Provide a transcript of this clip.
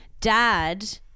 Dad